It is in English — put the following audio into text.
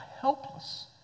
helpless